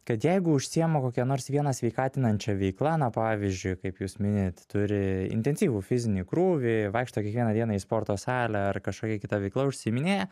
kad jeigu užsiima kokia nors viena sveikatinančia veikla na pavyzdžiui kaip jūs minėjot turi intensyvų fizinį krūvį vaikšto kiekvieną dieną į sporto salę ar kažkokia kita veikla užsiiminėja